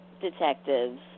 detectives